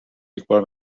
یکبار